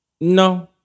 No